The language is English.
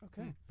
Okay